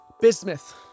Bismuth